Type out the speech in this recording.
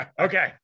Okay